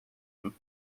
time